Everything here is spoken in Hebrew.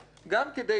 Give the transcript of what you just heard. אני